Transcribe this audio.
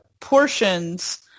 portions